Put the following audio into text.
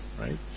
right